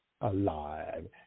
alive